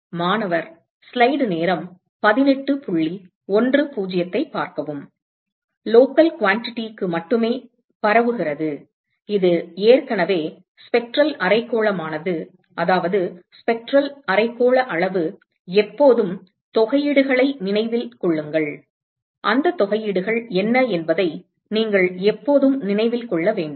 மாணவர் லோக்கல் அளவுக்கு மட்டுமே பரவுகிறது இது ஏற்கனவே ஸ்பெக்ட்ரல் அரைக்கோளமானது அதாவது ஸ்பெக்ட்ரல் அரைக்கோள அளவு எப்போதும் தொகையீடுகளை நினைவில் கொள்ளுங்கள் அந்த தொகையீடுகள் என்ன என்பதை நீங்கள் எப்போதும் நினைவில் கொள்ள வேண்டும்